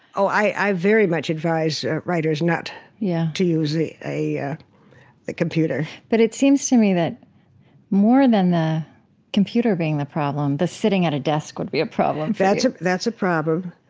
so i very much advise writers not yeah to use a a yeah computer but it seems to me that more than the computer being the problem, the sitting at a desk would be a problem that's a that's a problem.